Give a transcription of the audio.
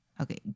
Okay